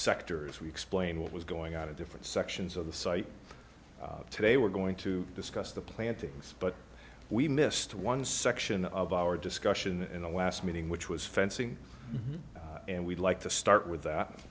sectors we explain what was going on to different sections of the site today we're going to discuss the plantings but we missed one section of our discussion in the last meeting which was fencing and we'd like to start with that